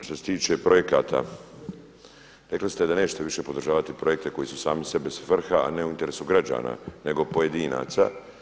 Što se tiče projekta, rekli ste da nećete više podržavati projekte koji su sami sebi svrha, a ne u interesu građana nego pojedinaca.